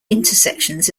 intersections